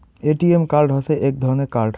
ATM card হসে এক ধরণের কার্ড